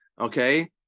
okay